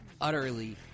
utterly